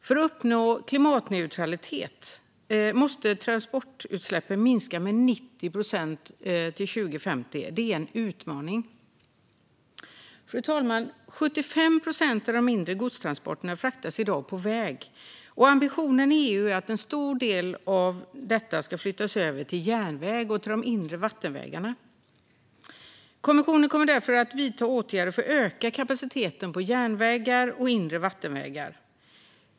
För att uppnå klimatneutralitet måste transportutsläppen minska med 90 procent till 2050. Det är en utmaning. Fru talman! 75 procent av de inre godstransporterna fraktas i dag på väg, och ambitionen i EU är att en stor del ska flyttas över till järnväg och inre vattenvägar. Kommissionen kommer därför att vidta åtgärder för att öka kapaciteten på järnvägar och inre vattenvägar.